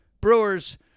Brewers